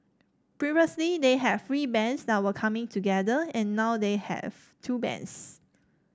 previously they had three bands that were coming together and now they have two bands